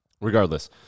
regardless